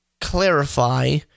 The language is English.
clarify